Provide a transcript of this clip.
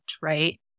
right